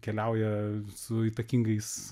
keliauja su įtakingais